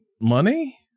money